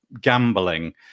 gambling